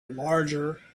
larger